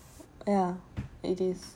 ya he is